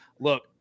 Look